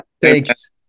Thanks